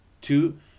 two